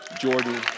Jordan